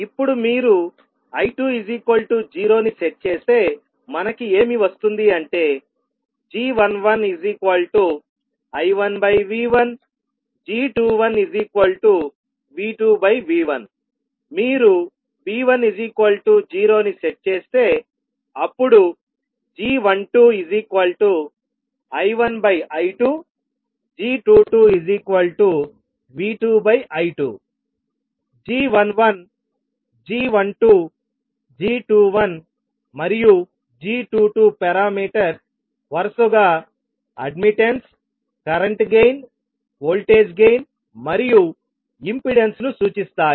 ఇప్పుడు మీరు I20 ను సెట్ చేస్తేమనకి ఏమి వస్తుంది అంటే g11I1V1g21V2V1 మీరు V10 ను సెట్ చేస్తే అప్పుడు g12I1I2g22V2I2 g11 g12 g21మరియు g22 పారామీటర్స్ వరుసగా admittance current gain voltage gain మరియు ఇంపెడెన్స్ను సూచిస్తాయి